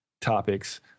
topics